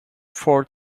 fort